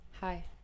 Hi